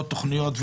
לא תוכניות,